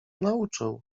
nauczył